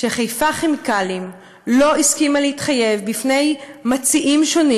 ש"חיפה כימיקלים" לא הסכימה להתחייב בפני מציעים שונים